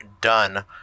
done